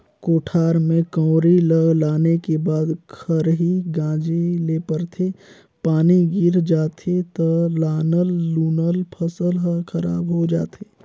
कोठार में कंवरी ल लाने के बाद खरही गांजे ले परथे, पानी गिर जाथे त लानल लुनल फसल हर खराब हो जाथे